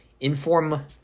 inform